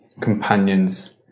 companions